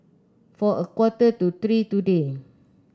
for a quarter to three today